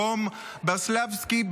רום ברסלבסקי,